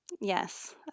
Yes